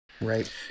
Right